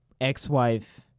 ex-wife